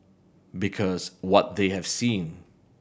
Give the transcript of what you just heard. because what they have seen